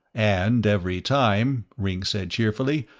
and every time, ringg said cheerfully,